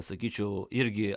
sakyčiau irgi